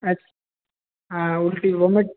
अच्छ हाँ उल्टी वोमिट